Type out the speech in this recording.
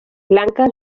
blanques